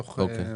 בעיניי,